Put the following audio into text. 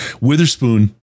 Witherspoon